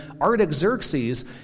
Artaxerxes